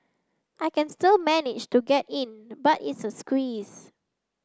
I can still manage to get in but it's a squeeze